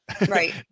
Right